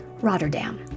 Rotterdam